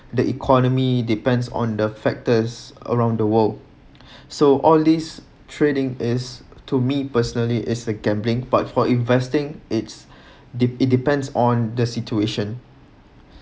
the economy depends on the factors around the world so all these trading is to me personally is a gambling but for investing its it it depends on the situation